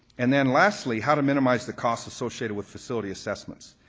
and then lastly, how to minimize the costs associated with facility assessments.